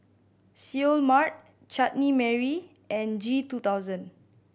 Seoul Mart Chutney Mary and G two thousand